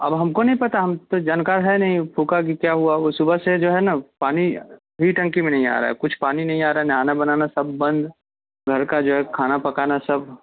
اب ہم کو نہیں پتہ ہم تو جانکار ہیں نہیں پھکا کہ کیا ہوا وہ صبح سے جو ہے نا پانی ہی ٹنکی میں نہیں آرہا کچھ پانی نہیں آ رہا ہے نہانا بنانا سب بند گھر کا جو ہے کھانا پکانا سب